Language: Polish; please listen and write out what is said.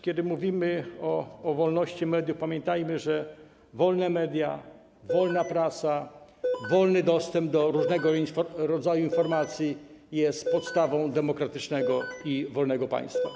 Kiedy mówimy o wolności mediów, pamiętajmy, że wolne media, wolna prasa, wolny dostęp do różnego rodzaju informacji to podstawa demokratycznego i wolnego państwa.